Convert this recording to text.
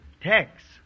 text